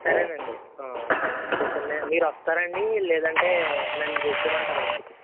సరే అండి పొద్దున్న మీరు వస్తారా అం లేదంటే నన్ను తెచ్చి ఇవ్వమంటారా ఇంటికి